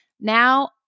Now